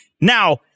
Now